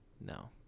No